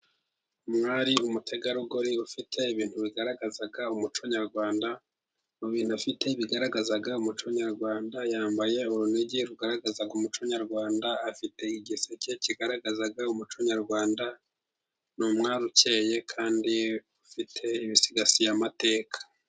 Umwari, umutegarugori ufite ibintu bigaragaza umuco nyarwanda. Mu bintu afite bigaragaza umuco nyarwanda, yambaye urunigi rugaragaza umuco nyarwanda, afite igiseke kigaragazaga umuco nyarwanda. Ni umwari ucyeye kandi ufite ibisigasiye amateka.